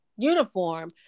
uniform